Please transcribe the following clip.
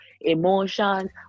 emotions